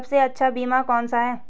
सबसे अच्छा बीमा कौन सा है?